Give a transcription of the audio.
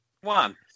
One